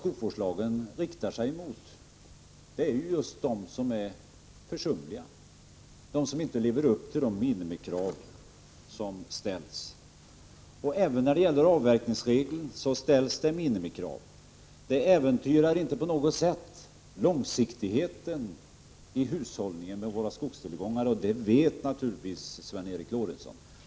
Skogsvårdslagen riktar sig just emot dem som är försumliga, dem som inte lever upp till de minimikrav som ställs. Och även när det gäller avverkningsregeln ställs det minimikrav. Det äventyrar inte på något sätt långsiktigheten i hushållningen med våra skogstillgångar, och det vet naturligtvis Sven Eric Lorentzon.